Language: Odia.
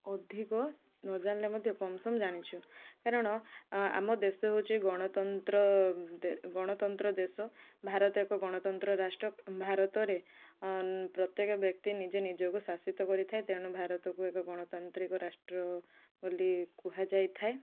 ଅଧିକ ନ ଜାଣିଲେ ମଧ୍ୟ କମ୍ ସମ୍ ଜାଣିଛୁ କାରଣ ଆମ ଦେଶ ହେଉଛି ଗଣତନ୍ତ୍ର ଗଣତନ୍ତ୍ର ଦେଶ ଭାରତ ଏକ ଗଣତନ୍ତ୍ର ରାଷ୍ଟ୍ର ଭାରତରେ ପ୍ରତ୍ୟେକ ବ୍ୟକ୍ତି ନିଜେ ନିଜକୁ ଶାସିତ କରିଥାଏ ତେଣୁ ଭାରତକୁ ଏକ ଗଣତାନ୍ତ୍ରିକ ରାଷ୍ଟ୍ର ବୋଲି କୁହାଯାଇଥାଏ